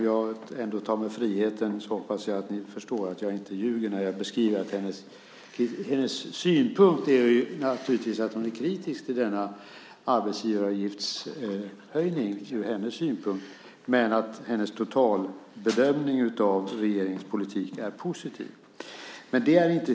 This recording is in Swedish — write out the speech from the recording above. Jag hoppas att ni förstår att jag inte ljuger när jag tar mig friheten att beskriva att hon naturligtvis är kritisk till denna arbetsgivaravgiftshöjning - från hennes synpunkt - men att hennes totalbedömning av regeringens politik är positiv.